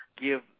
give